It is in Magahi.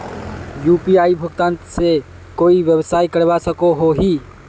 यु.पी.आई भुगतान से कोई व्यवसाय करवा सकोहो ही?